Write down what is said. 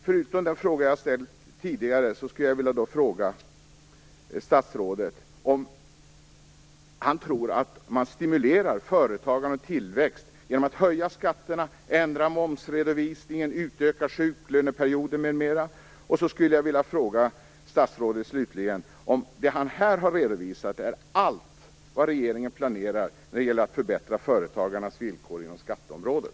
Förutom den fråga jag har ställt tidigare, skulle jag vilja ställa frågan till statsrådet om han tror att man stimulerar företagande och tillväxt genom att höja skatterna, ändra momsredovisningen, utöka sjuklöneperioden m.m. Jag skulle slutligen också vilja fråga statsrådet om det han här har redovisat är allt vad regeringen planerar när det gäller att förbättra företagarnas villkor inom skatteområdet.